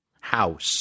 house